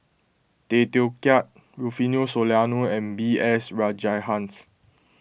Tay Teow Kiat Rufino Soliano and B S Rajhans